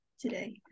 today